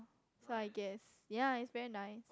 so I guess ya it's very nice